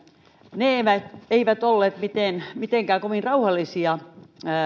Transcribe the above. ne eivät eivät olleet mitenkään kovin rauhallisia